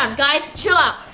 um guys, chill out.